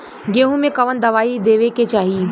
गेहूँ मे कवन दवाई देवे के चाही?